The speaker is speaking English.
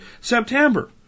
September